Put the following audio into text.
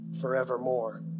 forevermore